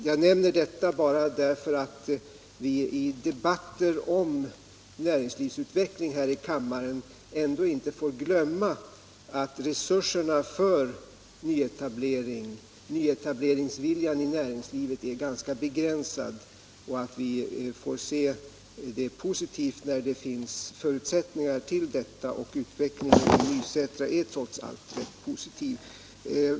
Jag nämner detta bara därför att vi i debatter här i kammaren om näringslivsutvecklingen ändå inte får glömma att nyetableringsviljan och resurserna för nyetableringar i näringslivet är ganska begränsade och att vi får se det positivt när det finns förutsättningar för detta. Och utvecklingen i Nysätra är trots allt positiv.